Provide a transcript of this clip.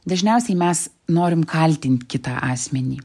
dažniausiai mes norim kaltint kitą asmenį